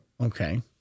Okay